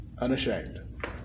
unashamed